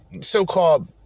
So-called